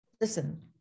listen